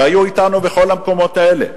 והיו אתנו בכל המקומות האלה.